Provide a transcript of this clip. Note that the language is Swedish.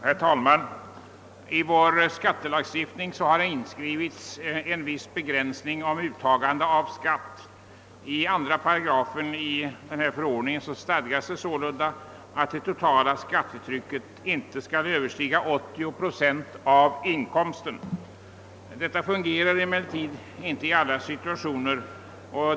Herr talman! I vår skattelagstiftning har inskrivits en viss begränsning i uttagandet av skatt. I 2 § förordningen den 6 juni 1952 med bestämmelser om begränsning av skatt i vissa fall stadgas sålunda att det totala skattetrycket inte skall överstiga 80 procent av inkomsten. Detta fungerar emellertid inte i alla situationer.